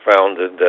founded